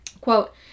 quote